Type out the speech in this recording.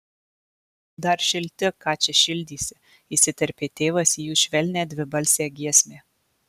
dar šilti ką čia šildysi įsiterpė tėvas į jų švelnią dvibalsę giesmę